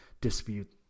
dispute